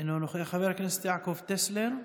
אינו נוכח, חבר הכנסת יעקב טסלר,